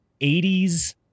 80s